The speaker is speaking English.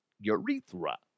Urethra